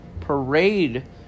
parade